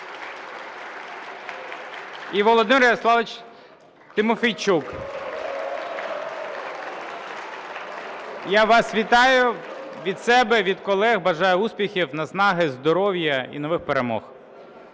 і Володимир Ярославович Тимофійчук (Оплески). Я вас вітаю від себе, від колег! Бажаю успіхів, наснаги, здоров'я і нових перемог!